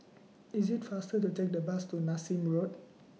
IS IT faster to Take The Bus to Nassim Road